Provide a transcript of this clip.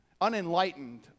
unenlightened